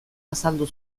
azaldu